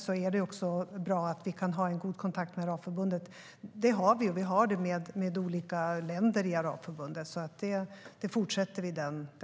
Därför är det också bra att vi kan ha en god kontakt med Arabförbundet. Det har vi, med olika länder i Arabförbundet. Och den kontakten fortsätter vi med.